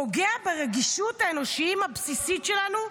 פוגע ברגישות האנושית הבסיסית שלנו,